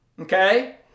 okay